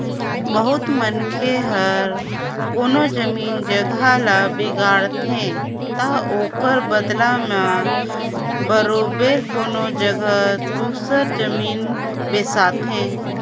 बहुत मनखे हर कोनो जमीन जगहा ल बिगाड़थे ता ओकर बलदा में बरोबेर कोनो जगहा दूसर जमीन बेसाथे